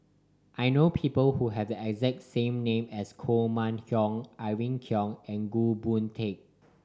I know people who have the exact same name as Koh Mun Hong Irene Khong and Goh Boon Teck